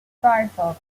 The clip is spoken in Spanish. firefox